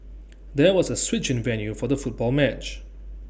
there was A switch in the venue for the football match